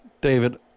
David